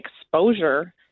exposure